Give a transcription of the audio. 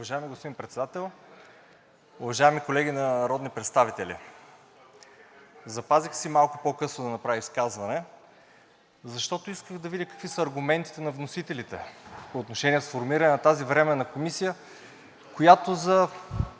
Уважаеми господин Председател, уважаеми колеги народни представители! Запазих си малко по-късно да направя изказване, защото исках да видя какви са аргументите на вносителите по отношение сформиране на тази временна комисия, която за